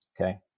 okay